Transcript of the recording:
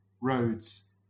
roads